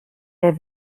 der